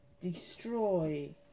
destroy